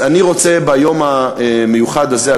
אז אני רוצה ביום המיוחד הזה,